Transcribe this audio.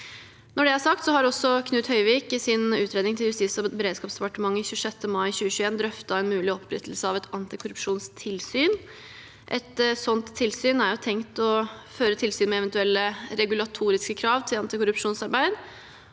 Når det er sagt, har også Knut Høivik i sin utredning til Justis- og beredskapsdepartementet 26. mai 2021 drøftet en mulig opprettelse av et antikorrupsjonstilsyn. Et slikt tilsyn er tenkt å skulle føre tilsyn med eventuelle regulatoriske krav til antikorrupsjonsarbeid